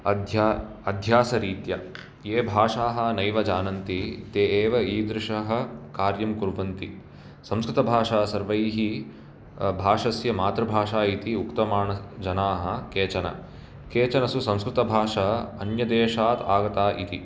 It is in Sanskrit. अध्य अध्यासरीत्या ये भाषाः नैव जानन्ति ते एव ईदृशः कार्यं कुर्वन्ति संस्कृतभाषा सर्वैः भाषस्य मातृभाषा इति उक्तमानजनाः केचन केचन तु संस्कृतभाषा अन्यदेशात् आगता इति